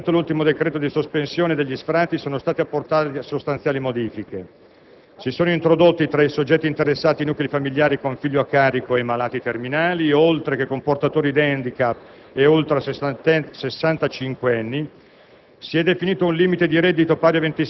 Si sottolinea, in particolare, che rispetto all'ultimo decreto di sospensione degli sfratti sono state apportate sostanziali modifiche: si sono introdotti, tra i soggetti interessati, i nuclei familiari con figlio a carico e malati terminali, oltre che con portatori di *handicap* e